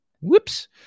Whoops